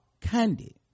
candy